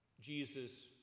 Jesus